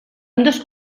ambdós